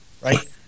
right